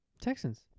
Texans